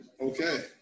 Okay